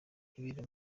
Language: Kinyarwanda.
ibera